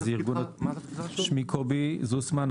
שמי קובי זוסמן,